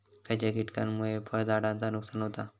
खयच्या किटकांमुळे फळझाडांचा नुकसान होता?